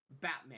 Batman